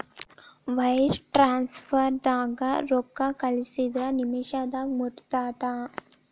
wire ಟ್ರಾನ್ಸ್ಫರ್ದಾಗ ರೊಕ್ಕಾ ಕಳಸಿದ್ರ ನಿಮಿಷದಾಗ ಮುಟ್ಟತ್ತ